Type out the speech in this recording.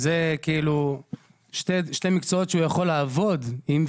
אלה שני מקצועות הוא יכול לעבוד בהם אבל